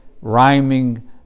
rhyming